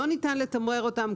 לא ניתן לתמרר אותם,